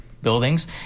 buildings